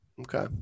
Okay